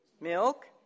milk